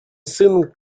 сын